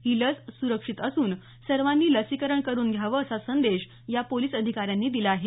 ही लस स्ररक्षित असून सर्वांनी लसीकरण करून घ्यावं असा संदेश या पोलिस अधिकाऱ्यांनी दिला आहे